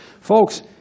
folks